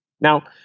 Now